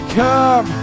come